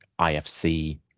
ifc